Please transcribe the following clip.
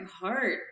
heart